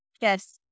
Yes